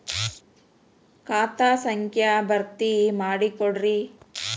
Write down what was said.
ಖಾತಾ ಸಂಖ್ಯಾ ಭರ್ತಿ ಮಾಡಿಕೊಡ್ರಿ